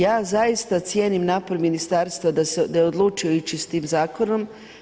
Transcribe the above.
Ja zaista cijenim napor ministarstva da je odlučio ići s tim zakonom.